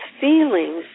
feelings